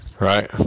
right